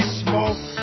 smoke